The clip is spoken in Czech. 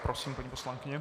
Prosím, paní poslankyně.